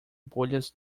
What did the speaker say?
bolhas